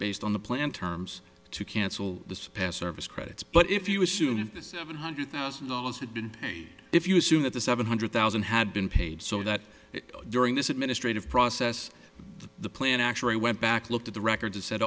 based on the plan terms to cancel the past service credits but if you assume that the seven hundred thousand dollars had been paid if you assume that the seven hundred thousand had been paid so that during this administrative process the plan actually went back looked at the records and said